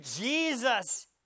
Jesus